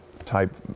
type